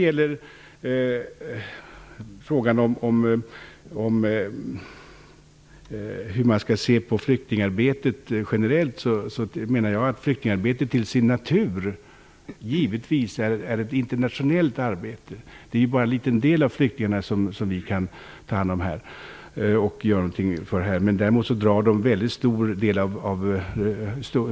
Jag menar att flyktingarbetet till sin natur givetvis är ett internationellt arbete. Det är bara en liten del av flyktingarna som vi kan ta hand om och göra någonting för här. Däremot drar de väldigt stora resurser.